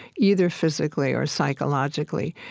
either physically or psychologically.